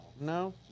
No